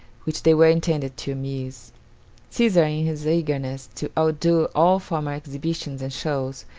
which they were intended to amuse. caesar, in his eagerness to outdo all former exhibitions and shows,